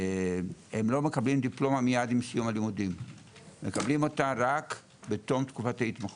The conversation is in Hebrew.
לא מקבלים דיפלומה מייד עם סיום הלימודים אלא רק בתום תקופת ההתמחות.